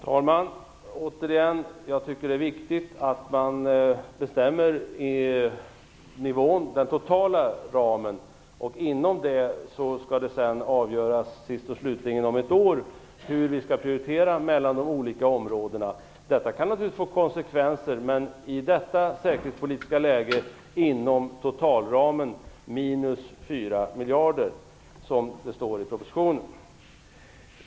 Herr talman! Jag tycker att det är viktigt att vi bestämmer nivån på den totala ramen. Inom den skall det sedan avgöras, sist och slutligen om ett år, hur vi skall prioritera mellan de olika områdena. Detta kan naturligtvis få konsekvenser. Men i detta säkerhetspolitiska läge handlar det om inom totalramen minus fyra miljarder, som det står i propositionen.